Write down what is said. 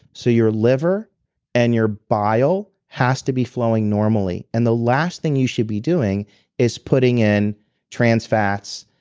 so your liver and your bile has to be flowing normally and the last thing you should be doing is putting in trans fats,